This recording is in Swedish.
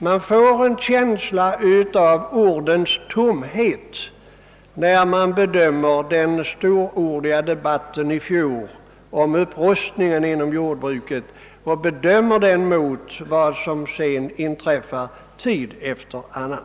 Man får en känsla av ordens tomhet när man bedömer den storordiga debatten i fjol om upprustningen inom jordbruket mot vad som sedan inträffar tid efter annan.